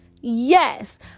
Yes